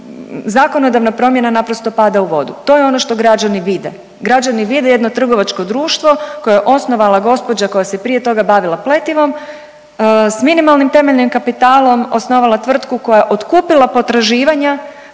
zakonodavna promjena naprosto pada u vodu, to je ono što građani vide. Građani vide jedno trgovačko društvo koje je osnovala gospođa koja se prije toga bavila pletivom, s minimalnim temeljnim kapitalom osnovala tvrtku koja je otkupila potraživanja,